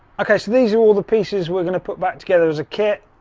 okay, so these are all the pieces we're gonna put back together. there's a kit.